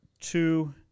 two